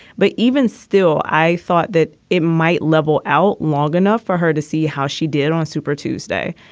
but even still, i thought that it might level out long enough for her to see how she did on super tuesday.